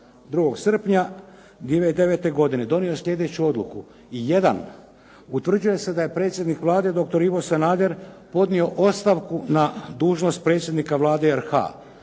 2. srpnja 2009. godine donio je sljedeću odluku: 1. Utvrđuje se da je predsjednik Vlade, doktor Ivo Sanader podnio ostavku na dužnost predsjednika Vlade RH.